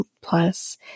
plus